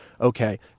okay